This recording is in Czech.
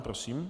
Prosím.